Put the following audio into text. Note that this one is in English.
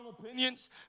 opinions